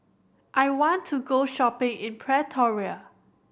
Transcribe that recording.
I want to go shopping in Pretoria